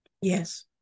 Yes